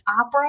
opera